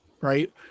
right